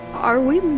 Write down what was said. are we.